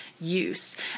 use